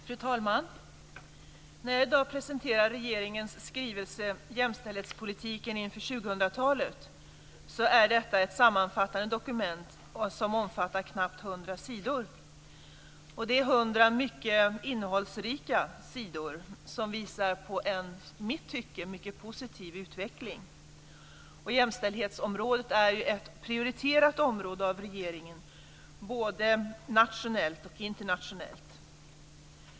Fru talman! När jag i dag presenterar regeringens skrivelse Jämställdhetspolitiken inför 2000-talet så är det ett sammanfattande dokument som omfattar knappt hundra sidor. Det är hundra mycket innehållsrika sidor som visar på en i mitt tycke mycket positiv utveckling. Jämställdhetsområdet är ju ett av regeringen prioriterat område, både nationellt och internationellt.